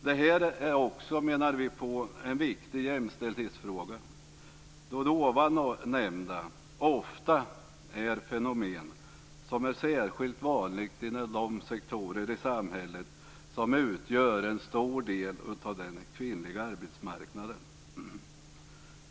Det här är också en viktig jämställdhetsfråga, då det nämnda ofta är fenomen som är särskilt vanliga inom de sektorer i samhället som utgör en stor del av den kvinnliga arbetsmarknaden.